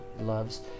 loves